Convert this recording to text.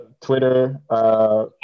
Twitter